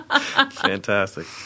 Fantastic